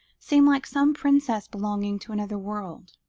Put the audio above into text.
seem like some princess belonging to another world.